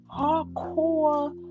hardcore